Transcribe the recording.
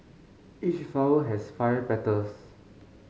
each flower has five petals